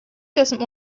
doesn’t